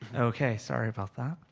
okay, sorry about that.